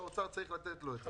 והאוצר צריך לתת לו את זה.